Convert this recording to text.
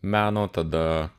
meno tada